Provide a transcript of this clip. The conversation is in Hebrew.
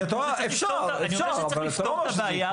אני יודע שצריך לפתור את הבעיה,